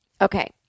Okay